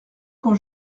quand